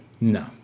No